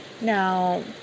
Now